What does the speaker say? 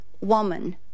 woman